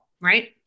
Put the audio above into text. right